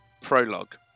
Prologue